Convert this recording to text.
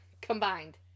Combined